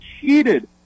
cheated